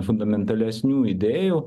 fundamentalesnių idėjų